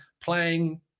playing